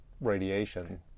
radiation